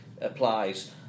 applies